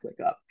ClickUp